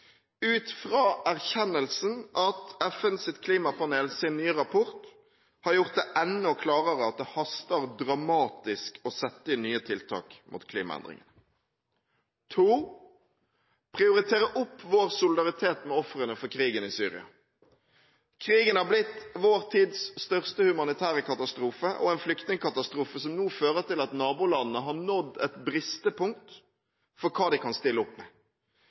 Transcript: ut fra erkjennelsen av at FNs klimapanels nye rapport har gjort det enda klarere at det haster dramatisk med å sette inn nye tiltak mot klimaendringene. Regjeringen burde prioritere opp vår solidaritet med ofrene for krigen i Syria. Krigen har blitt vår tids største humanitære katastrofe og en flyktningkatastrofe som nå fører til at nabolandene har nådd et bristepunkt for hva de kan stille opp med